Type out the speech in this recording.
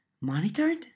Monitored